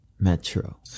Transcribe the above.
metro